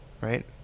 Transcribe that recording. Right